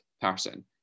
person